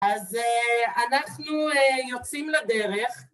‫אז אנחנו יוצאים לדרך.